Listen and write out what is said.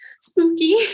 spooky